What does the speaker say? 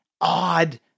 odd